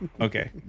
Okay